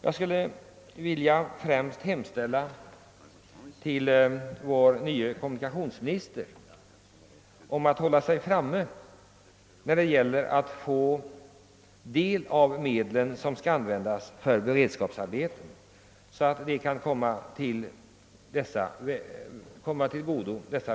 Jag skulle vilja hemställa till vår nye kommunikationsminister att hålla sig framme när det gäl" ler att få del av de medel, som skall användas för beredskapsarbeten, så att de även kan komma dessa vägarbeten till del.